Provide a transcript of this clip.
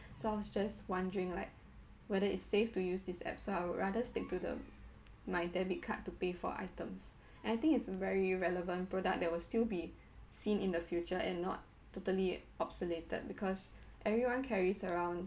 so I was just wondering like whether it's safe to use these apps so I would rather stick to the my debit card to pay for items and I think that it's a very relevant product that will still be seen in the future and not totally obsoleted because everyone carries around